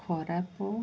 ଖରାପ